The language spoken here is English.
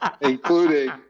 including